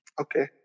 Okay